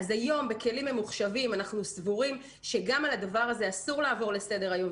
אנחנו סבורים שאסור לעבור על זה לסדר היום,